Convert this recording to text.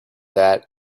that